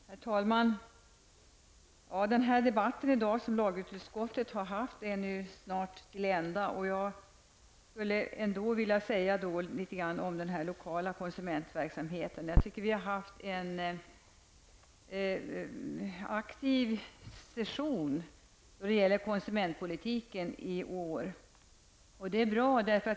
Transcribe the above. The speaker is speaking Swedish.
Herr talman! Den debatt som lagutskottet har haft i dag är snart till ända. Jag skulle vilja säga några ord om den lokala konsumentverksamheten. Jag tycker att vi har haft en aktiv session i år då det gäller konsumentpolitiken. Det är bra.